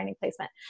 placement